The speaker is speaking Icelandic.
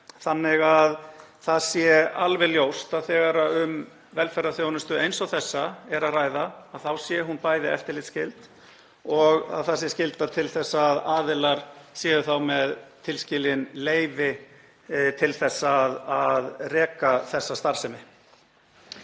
þannig að það sé alveg ljóst að þegar um velferðarþjónustu eins og þessa er að ræða þá sé hún bæði eftirlitsskyld og að það sé skylda að aðilar séu þá með tilskilin leyfi til þess að reka þessa starfsemi.